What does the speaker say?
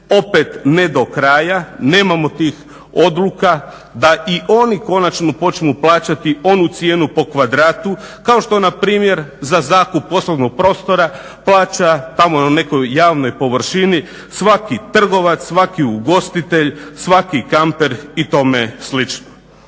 opet ne do kraja. Nemamo tih odluka da i oni konačno počnu plaćati onu cijenu po kvadratu kao što na primjer za zakup poslovnog prostora plaća tamo na nekoj javnoj površini svaki trgovac, svaki ugostitelj, svaki kamper i tome slično.